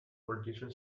politician